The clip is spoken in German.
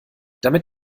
damit